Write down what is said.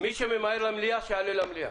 מי שממהר למליאה, שיעלה למליאה.